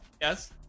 Yes